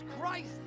Christ